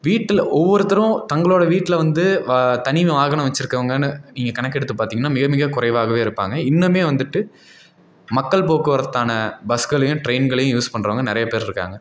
வீட்டில் ஒவ்வொருத்தரும் தங்களோடய வீட்டில் வந்து தனி வாகனம் வச்சுருக்குறவங்கனு நீங்கள் கணக்கெடுத்து பார்த்திங்னா மிக மிக குறைவாகவே இருப்பாங்க இன்னும் வந்துட்டு மக்கள் போக்குவரத்க்கான பஸ்களையும் ட்ரெயின்களையும் யூஸ் பண்ணுறவங்க நிறைய பேர் இருக்காங்க